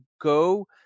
go